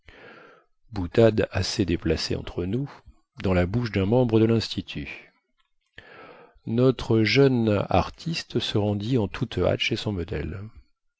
boutade assez déplacée entre nous dans la bouche dun membre de linstitut notre jeune artiste se rendit en toute hâte chez son modèle